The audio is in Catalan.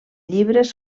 llibres